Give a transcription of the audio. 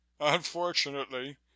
Unfortunately